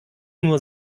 nur